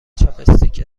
چاپستیک